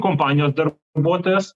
kompanijos darbuotojas